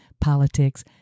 politics